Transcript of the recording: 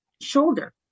shoulder